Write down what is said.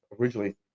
originally